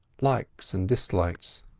likes and dislikes.